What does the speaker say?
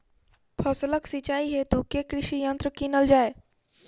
फसलक सिंचाई हेतु केँ कृषि यंत्र कीनल जाए?